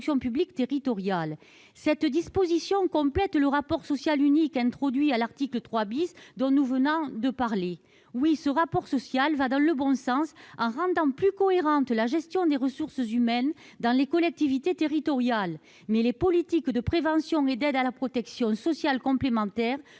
publique territoriale. Cette disposition complète le rapport social unique, qui a été introduit à l'article 3 A et dont nous venons de discuter. Si ce rapport social va dans le bon sens en rendant plus cohérente la gestion des ressources humaines dans les collectivités territoriales, il n'englobe pas explicitement les politiques de prévention et les aides à la protection sociale complémentaire.